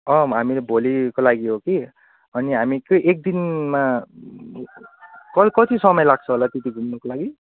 अँ हामीले भोलिको लागि हो कि अनि हामी त्यो एक दिनमा कति कति समय लाग्छ होला त्यति घुम्नुको लागि